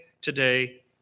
Today